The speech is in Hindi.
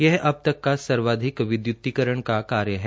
यह अब तक का सर्वाधिक विद्युतिकरण का कार्य है